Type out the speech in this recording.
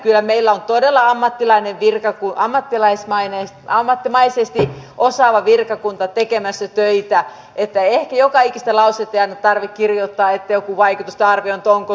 kyllä meillä on todella ammattimaisesti osaava virkakunta tekemässä töitä että ehkä joka ikistä lausetta ei aina tarvitse kirjoittaa että onko joku vaikutusten arviointi tehty